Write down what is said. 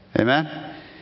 Amen